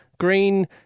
green